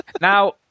Now